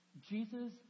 Jesus